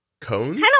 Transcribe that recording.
cones